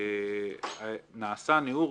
נעשה ניעור